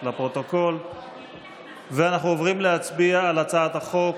אנחנו עוברים להצביע על הצעת חוק